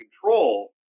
control